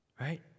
Right